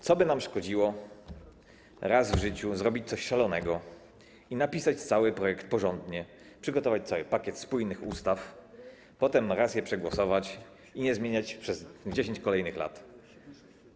Co by nam szkodziło raz w życiu zrobić coś szalonego i napisać cały projekt porządnie, przygotować cały pakiet spójnych ustaw, potem raz je przegłosować i nie zmieniać przez 10 kolejnych lat?